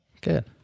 Good